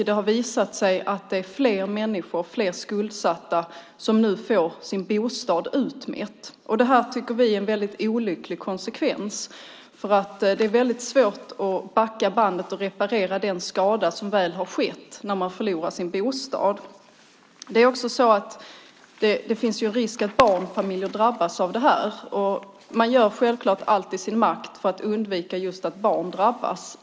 Det har visat sig att det är fler skuldsatta som nu får sin bostad utmätt. Det tycker vi är en väldigt olycklig konsekvens, för det är väldigt svårt att backa bandet och reparera den skada som väl har skett när någon förlorat sin bostad. Det finns också en risk att barnfamiljer drabbas av det här. Man gör självklart allt i sin makt för att undvika just att barn drabbas.